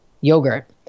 yogurt